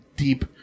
deep